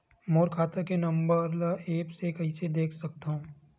मोर खाता के नंबर ल एप्प से कइसे देख सकत हव?